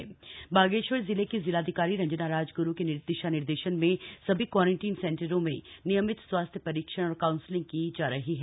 quarantine centre counselling Bageshwar जिले की जिलाधिकारी रंजना राजगुरू के दिशा निर्देशन में सभी क्वारंटीन सेंटरों में नियमित स्वास्थ्य परीक्षण और काउंसलिंग की जा रही है